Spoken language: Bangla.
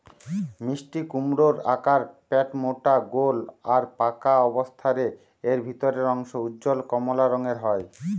মিষ্টিকুমড়োর আকার পেটমোটা গোল আর পাকা অবস্থারে এর ভিতরের অংশ উজ্জ্বল কমলা রঙের হয়